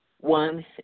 one